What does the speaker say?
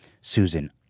Susan